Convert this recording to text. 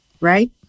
right